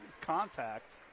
contact